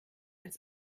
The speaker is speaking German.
als